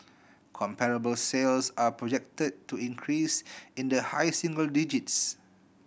comparable sales are projected to increase in the high single digits